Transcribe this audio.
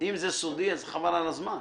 אם זה סודי אז חבל על הזמן.